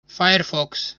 firefox